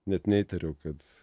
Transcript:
net neįtariau kad